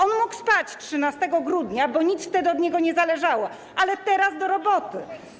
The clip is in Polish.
On mógł spać 13 grudnia, bo nic wtedy od niego nie zależało, ale teraz do roboty.